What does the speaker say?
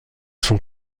sont